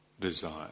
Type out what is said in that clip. desire